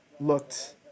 looked